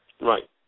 Right